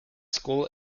school